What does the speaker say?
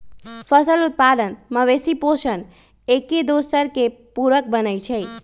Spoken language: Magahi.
फसल उत्पादन, मवेशि पोशण, एकदोसर के पुरक बनै छइ